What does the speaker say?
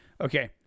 okay